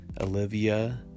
Olivia